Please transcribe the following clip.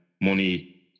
money